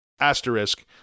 asterisk